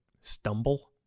stumble